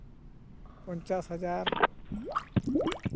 ᱯᱚᱧᱪᱟᱥ ᱦᱟᱡᱟᱨ